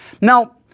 Now